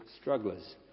strugglers